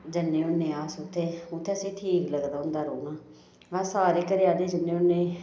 जन्ने होन्ने अस उत्थें उत्थें अस ठीक लगदा होंदा रौह्ना अस सारे घरै आह्ले जन्ने होन्ने